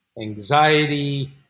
anxiety